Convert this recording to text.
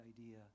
idea